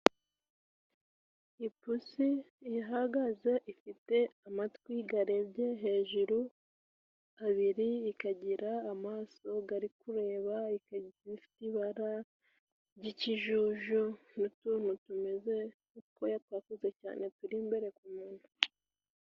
Ipusi ihagaze ifite amatwi arebye hejuru abiri manini, ikagira amaso ari kureba afite ibara ry'ikijuju, n'utuntu tumeze nk'utwoya twakuze cyane turi imbere ku munwa.